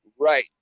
Right